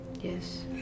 Yes